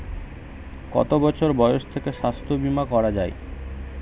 কত বছর বয়স থেকে স্বাস্থ্যবীমা করা য়ায়?